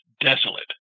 desolate